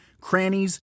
crannies